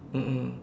mm mm